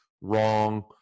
wrong